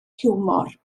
hiwmor